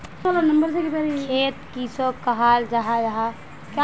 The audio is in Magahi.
खेत किसोक कहाल जाहा जाहा?